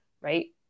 right